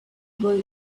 boy